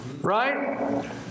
Right